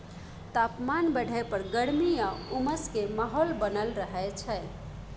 तापमान बढ़य पर गर्मी आ उमस के माहौल बनल रहय छइ